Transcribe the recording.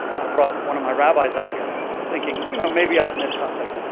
i brought one of my rabbis up here thinking, you know, maybe i've missed something.